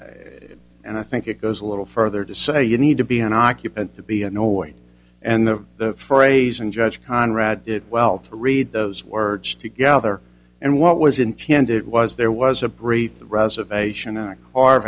asked and i think it goes a little further to say you need to be an occupant to be annoying and the the phrase and judge conrad it well to read those words together and what was intended was there was a brief reservation